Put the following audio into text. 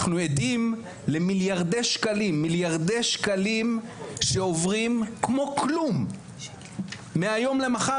אנחנו עדים למיליארדי שקלים שעוברים כמו כלום מהיום למחר.